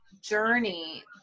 journey